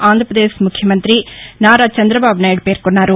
ఆంధ్రప్రదేశ్ ముఖ్యమంతి నారా చందబాబు నాయుడు పేర్కొన్నారు